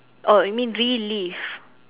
oh you mean relive